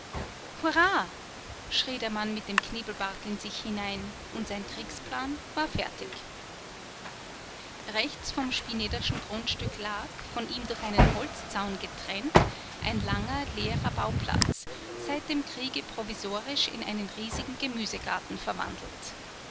hurra schrie der mann mit dem knebelbart in sich hinein und sein kriegsplan war fertig rechts vom spinederschen grundstück lag von ihm durch einen holzzaun getrennt ein langer leerer bauplatz seit dem kriege provisorisch in einen riesigen gemüsegarten verwandelt